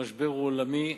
המשבר הוא עולמי,